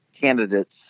candidates